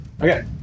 Okay